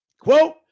Quote